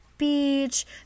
beach